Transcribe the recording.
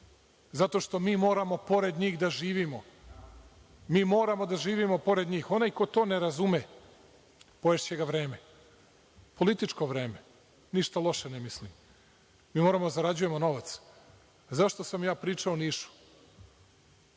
Zato što mi moramo pored njih da živimo. Mi moramo da živimo pored njih, onaj ko to ne razume, poješće ga vreme, političko vreme. Ništa loše ne mislim. Mi moramo da zarađujemo novac.Zašto sam ja pričao o Nišu?